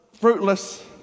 fruitless